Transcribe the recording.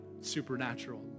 Supernatural